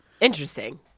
Interesting